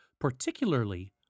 particularly